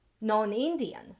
non-indian